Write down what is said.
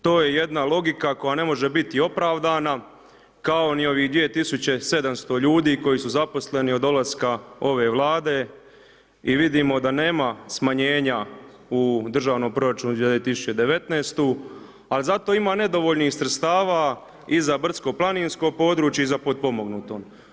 To je jedna logika koja ne može biti opravdana, kao ni ovih 2700 ljudi koji su zaposleni od dolaska ove Vlade i vidimo da nema smanjenja u državnom proračunu za 2019.-tu, a zato ima nedovoljnih sredstava i za brdsko-planinsko područje, i za potpomognuto.